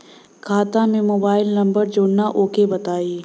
खाता में mobile number जोड़ना ओके बताई?